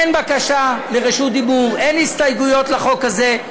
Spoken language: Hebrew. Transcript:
אין בקשה לרשות דיבור, אין הסתייגויות לחוק הזה.